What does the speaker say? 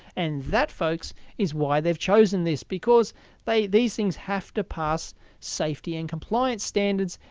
and that folks is why they've chosen this. because they these things have to pass safety and compliance standards,